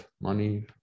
money